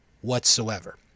whatsoever